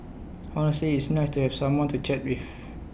honestly it's nice to have someone to chat with